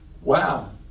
wow